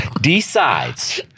decides